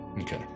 okay